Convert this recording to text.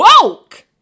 woke